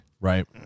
Right